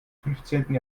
fünfzehnten